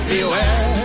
Beware